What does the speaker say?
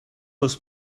oes